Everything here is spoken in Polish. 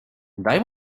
daj